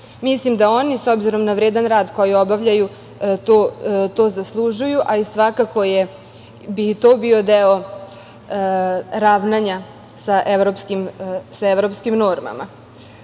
Mislim da oni, s obzirom na vredan rad koji obavljaju, to zaslužuju, a i svakako bi to bio deo ravnanja sa evropskim normama. Što